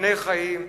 אבני חיים,